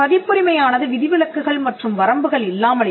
பதிப்புரிமையானது விதிவிலக்குகள் மற்றும் வரம்புகள் இல்லாமலில்லை